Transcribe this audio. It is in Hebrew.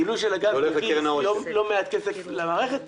גילוי של הגז הביא לא מעט כסף למערכת.